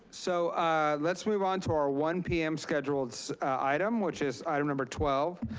so let's move onto our one p m. scheduled item. which is item number twelve,